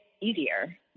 easier